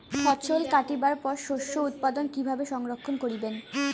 ফছল কাটিবার পর শস্য উৎপাদন কিভাবে সংরক্ষণ করিবেন?